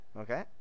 okay